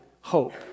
hope